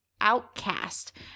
outcast